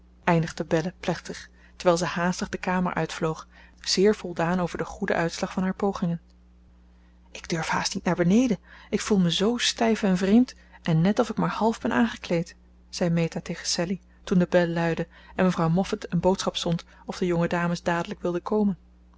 eindigde belle plechtig terwijl ze haastig de kamer uitvloog zeer voldaan over den goeden uitslag van haar pogingen ik durf haast niet naar beneden ik voel me zoo stijf en vreemd en net of ik maar half ben aangekleed zei meta tegen sallie toen de bel luidde en mevrouw moffat een boodschap zond of de jonge dames dadelijk wilden komen